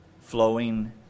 flowing